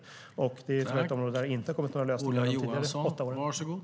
Det är tyvärr ett område där det inte har kommit några lösningar under de tidigare åtta åren.